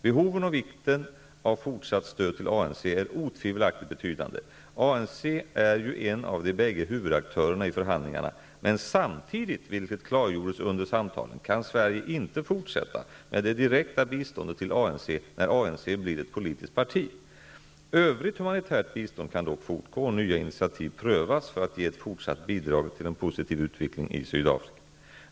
Behoven och vikten av fortsatt stöd till ANC är otvivelaktigt betydande. ANC är ju en av de bägge huvudaktörerna i förhandlingarna. Men samtidigt, vilket klargjordes under samtalen, kan Sverige inte fortsätta med det direkta biståndet till ANC, när ANC blir ett politiskt parti. Övrigt humanitärt bistånd kan dock fortgå och nya initiativ prövas för att ge ett fortsatt bidrag till en positiv utveckling i Sydafrika.